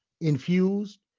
infused